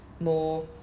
more